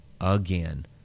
again